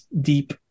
deep